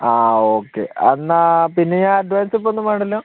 ആ ഓക്കെ ആ എന്നാൽ പിന്നെ ഞാൻ അഡ്വാൻസിപ്പോൾ ഒന്നും വേണ്ടല്ലോ